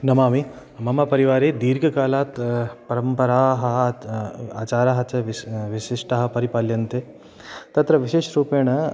नमामि मम परिवारे दीर्घकालात् परम्पराः आचाराः च विश् विशिष्टाः परिपाल्यन्ते तत्र विशेषरूपेण